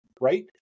right